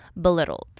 belittled